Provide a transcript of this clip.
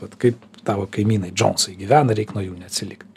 vat kaip tavo kaimynai džounsai gyvena reik nuo jų neatsilikt